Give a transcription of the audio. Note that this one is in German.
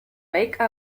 make